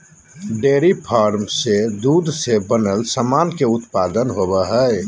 dairy farm से दूध से बनल सामान के उत्पादन होवो हय